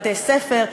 בתי-ספר,